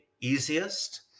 easiest